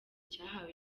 cyahawe